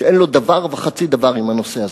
שאין לו דבר וחצי דבר עם הנושא הזה.